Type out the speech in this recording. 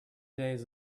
days